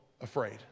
afraid